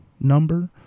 number